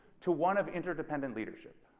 to one of interdependent leadership